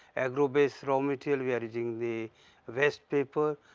agro base raw material, we are using the ah waste paper,